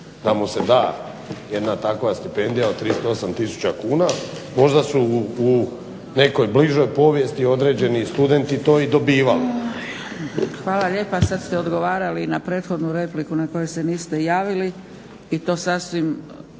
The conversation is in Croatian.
da mu se da jedna takva stipendija od 38 tisuća kuna. Možda su u nekoj bližoj povijesti određeni studenti to i dobivali. **Zgrebec, Dragica (SDP)** Hvala lijepa. Sada ste odgovarali na prethodnu repliku na koju ste niste javili i to sasvim